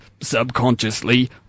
subconsciously